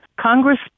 Congress